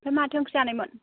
आमफ्राय माथो ओंख्रि जानायमोन